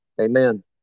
Amen